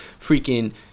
freaking